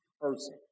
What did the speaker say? person